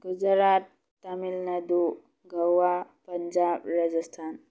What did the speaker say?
Gujarat Tamil Nadu Goa Punjab Rajasthan